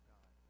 God